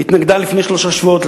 התנגדה לפני שלושה שבועות,